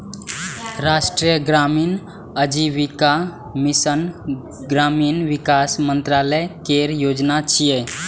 राष्ट्रीय ग्रामीण आजीविका मिशन ग्रामीण विकास मंत्रालय केर योजना छियै